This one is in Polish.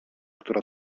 która